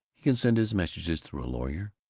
he can send his messages through a lawyer.